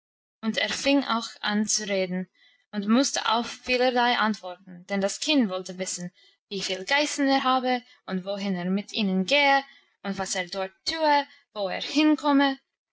und er fing auch an zu reden und musste auf vielerlei antworten denn das kind wollte wissen wie viele geißen er habe und wohin er mit ihnen gehe und was er dort tue wo er hinkomme